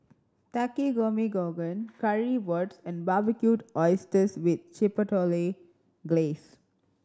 Takikomi Gohan Currywurst and Barbecued Oysters with Chipotle Glaze